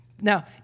Now